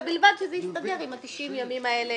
ובלבד שזה יסתדר עם ה-90 ימים האלה